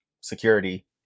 security